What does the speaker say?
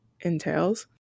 entails